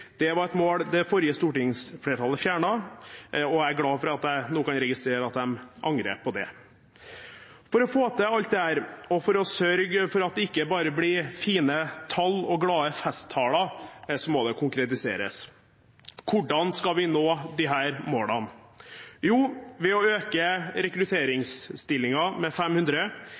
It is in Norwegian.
Det var et mål det forrige stortingsflertallet fjernet, og jeg er glad for å registrere at de nå angrer på det. For å få til alt dette og for å sørge for at det ikke bare blir fine tall og glade festtaler, må det konkretiseres. Hvordan skal vi nå disse målene? Jo, ved å øke